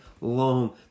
long